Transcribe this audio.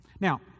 Now